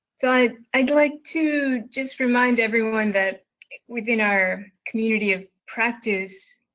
so i'd i'd like to just remind everyone that within our community of practice,